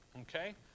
Okay